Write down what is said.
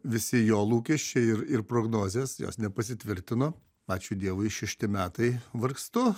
visi jo lūkesčiai ir ir prognozės jos nepasitvirtino ačiū dievui šešti metai vargstu